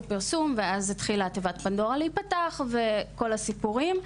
פרסום ואז התחילה תיבת פנדורה להיפתח וכל הסיפורים,